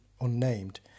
unnamed